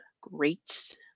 great